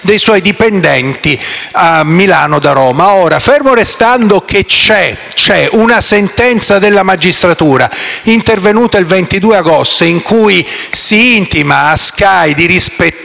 dei suoi dipendenti da Roma a Milano. Fermo restando che c'è una sentenza della magistratura intervenuta il 22 agosto, in cui si intima a Sky di rispettare